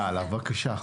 בבקשה.